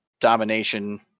domination